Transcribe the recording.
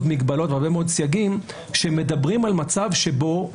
מגבלות והרבה מאוד סייגים שמדברים על מצב שבו,